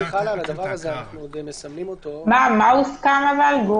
מה הוסכם, גור?